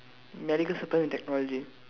medical supply and technology